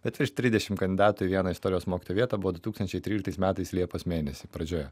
bet iš trisdešim kandidatų į vieną istorijos mokytojo vietą buvo du tūkstančiai tryliktais metais liepos mėnesį pradžioje